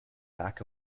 lack